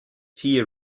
tea